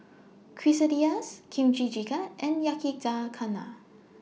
Quesadillas Kimchi Jjigae and Yakizakana